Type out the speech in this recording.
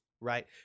right